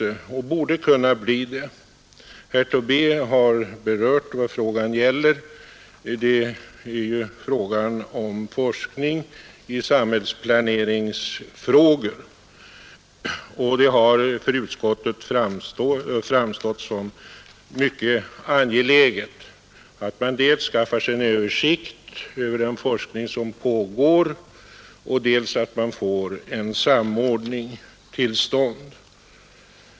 Forskning m.m. i Herr Tobé har berört vad frågan gäller, nämligen forskning i — samhällsplaneringssamhällsplaneringsfrågor. Det har för utskottet framstått som mycket frågor angeläget att man dels skaffar sig en översikt över den forskning som pågår, dels får en samordning till stånd.